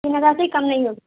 تین ہزار سے کم نہیں ہوگی